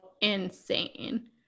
insane